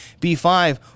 B5